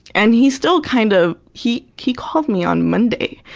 and he's still kind of he he called me on monday.